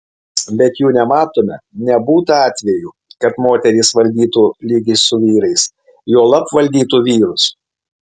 bet jų nematome nebūta atvejų kad moterys valdytų lygiai su vyrais juolab valdytų vyrus